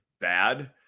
bad